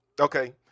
Okay